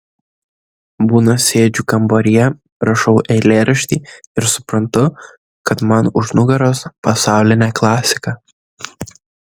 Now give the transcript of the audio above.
būna sėdžiu kambaryje rašau eilėraštį ir suprantu kad man už nugaros pasaulinė klasika